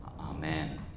amen